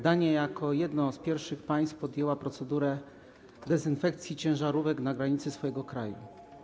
Dania jako jedno z pierwszych państw podjęła procedurę dezynfekcji ciężarówek na granicy swojego kraju.